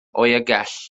oergell